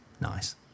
nice